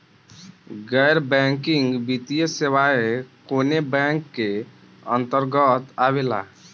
गैर बैंकिंग वित्तीय सेवाएं कोने बैंक के अन्तरगत आवेअला?